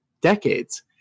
decades